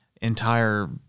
entire